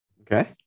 okay